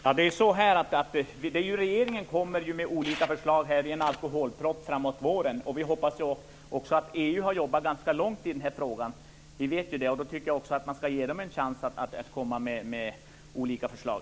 Herr talman! Regeringen kommer med olika förslag i en alkoholproposition framåt våren. EU har kommit ganska långt i den här frågan. Vi vet att man har jobbat med det. Jag tycker att vi skall ge dem en chans att komma med olika förslag.